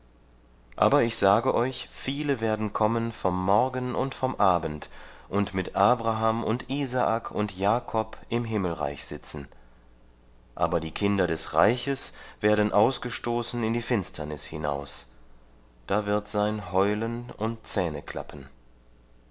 aber ich sage euch viele werden kommen vom morgen und vom abend und mit abraham und isaak und jakob im himmelreich sitzen aber die kinder des reiches werden ausgestoßen in die finsternis hinaus da wird sein heulen und